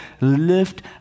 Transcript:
lift